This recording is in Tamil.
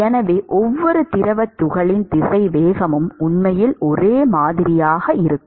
எனவே ஒவ்வொரு திரவத் துகளின் திசைவேகமும் உண்மையில் ஒரே மாதிரியாக இருக்கும்